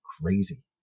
crazy